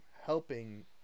helping